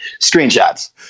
screenshots